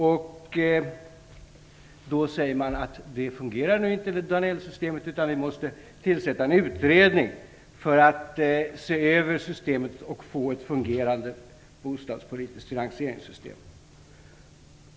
Man säger att Annell-systemet inte fungerar och att vi måste tillsätta en utredning för att se över systemet och få ett fungerande bostadspolitiskt finansieringssystem.